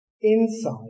inside